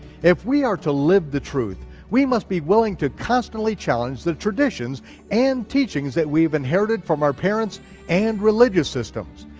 if we are to live the truth, we must be willing to constantly challenge the traditions and teachings that we've inherited from our parents and religious systems,